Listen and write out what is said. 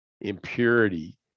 impurity